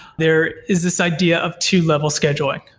there is this idea of two level scheduling.